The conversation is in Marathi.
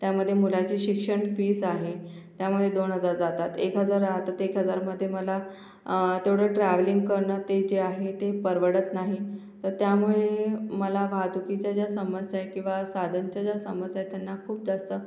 त्यामध्ये मुलाची शिक्षण फीस आहे त्यामुळे दोन हजार जातात एक हजार राहतात एक हजारामध्ये मला तेवढं ट्रॅवलिंग करणं ते जे आहे ते परवडत नाही तर त्यामुळे मला वाहतुकीच्या ज्या समस्या आहे किंवा साधनाच्या ज्या समस्या आहे त्यांना खूप जास्त